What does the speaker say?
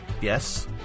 Yes